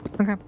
Okay